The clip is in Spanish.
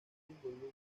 involucra